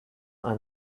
are